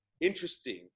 interesting